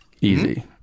Easy